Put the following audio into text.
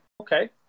okay